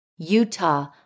Utah